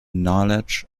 knowledge